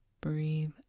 breathe